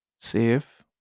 safe